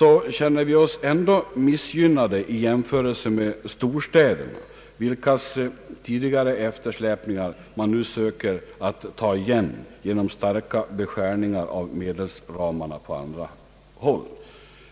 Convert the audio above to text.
men vi känner oss ändå missgynnade i jämförelse med storstäderna, vilkas tidigare eftersläpningar man nu söker att ta igen genom starka beskärningar av medelsramarna på andra håll.